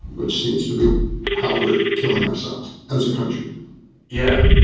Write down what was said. which seems to be how we're killing ourselves as a country yeah,